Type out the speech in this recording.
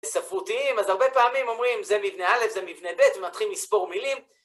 ספרותיים, אז הרבה פעמים אומרים זה מבנה א', זה מבנה ב', ומתחילים לספור מילים.